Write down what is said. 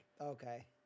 Okay